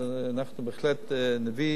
אז אנחנו בהחלט נביא